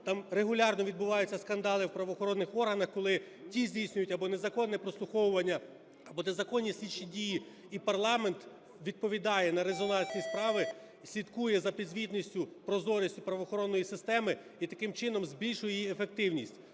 там регулярно відбуваються скандали в правоохоронних органах, коли ті здійснюють або незаконне прослуховування, або незаконні слідчі дії, і парламент відповідає на резонансні справи, і слідкує за підзвітністю, прозорістю правоохоронної системи і таким чином збільшує її ефективність.